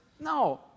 no